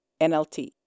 NLT